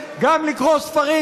גם לקרוא ספרים,